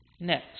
next